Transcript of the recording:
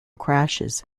crashes